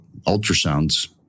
ultrasounds